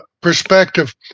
perspective